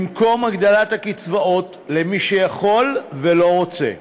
במקום הגדלת הקצבאות למי שיכול ולא רוצה.